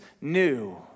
new